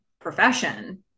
profession